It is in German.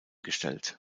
gestellt